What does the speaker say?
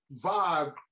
vibe